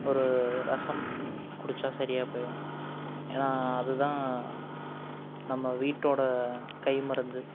ஒரு ரசம் குடித்தா சரியாக போயிடும் ஏன்னால் அதுதான் நம்ம வீட்டோடய கை மருந்து